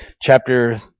chapter